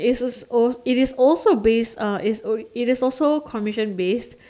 it's all it is also based uh it's uh it is also commission based